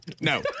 No